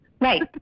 Right